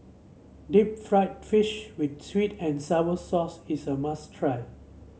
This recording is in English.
Deep Fried Fish with sweet and sour sauce is a must try